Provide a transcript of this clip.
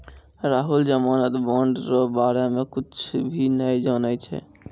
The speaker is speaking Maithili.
राहुल जमानत बॉन्ड रो बारे मे कुच्छ भी नै जानै छै